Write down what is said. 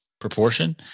proportion